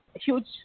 huge